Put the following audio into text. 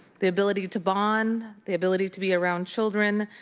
the ability to bond, the ability to be around children,